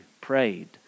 prayed